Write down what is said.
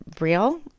real